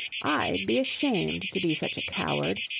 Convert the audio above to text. i'd be ashamed to be such a coward.